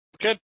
Good